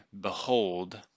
behold